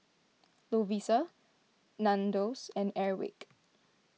Lovisa Nandos and Airwick